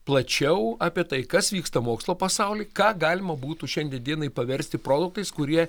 plačiau apie tai kas vyksta mokslo pasauly ką galima būtų šiandien dienai paversti produktais kurie